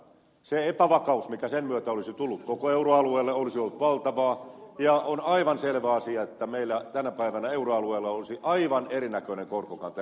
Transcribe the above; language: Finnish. se epävakaus mikä sen myötä olisi tullut koko euroalueelle olisi ollut valtavaa ja on aivan selvä asia että meillä tänä päivänä euroalueella olisi aivan erinäköinen korkokanta ed